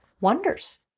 wonders